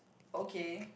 okay